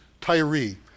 Tyree